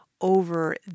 over